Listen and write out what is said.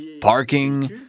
parking